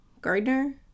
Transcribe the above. Gardner